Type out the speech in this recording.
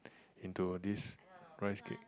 into this rice cake